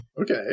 okay